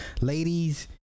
ladies